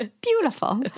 Beautiful